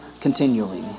continually